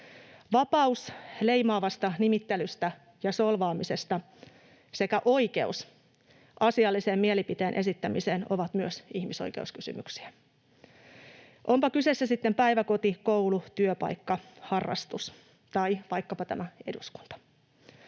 Vapaus leimaavasta nimittelystä ja solvaamisesta sekä oikeus asialliseen mielipiteen esittämiseen ovat myös ihmisoikeuskysymyksiä, onpa kyseessä sitten päiväkoti, koulu, työpaikka, harrastus tai vaikkapa tämä eduskunta.